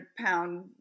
pound